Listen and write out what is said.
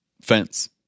fence